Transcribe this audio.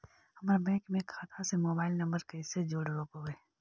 हम बैंक में खाता से मोबाईल नंबर कैसे जोड़ रोपबै?